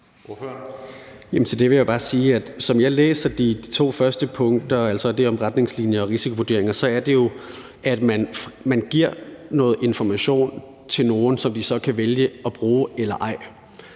som jeg læser de to første punkter, altså dem om retningslinjer og risikovurderinger, så er det jo sådan, at man giver noget information til nogen, som de så kan vælge at bruge eller ej,